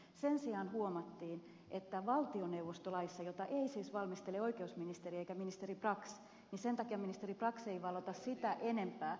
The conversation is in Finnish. sen sijaan huomattiin että siinä valtioneuvostolaissa on jota ei siis valmistele oikeusministeri eikä ministeri brax ja sen takia ministeri brax ei valota sitä enempää